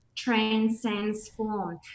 transform